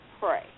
pray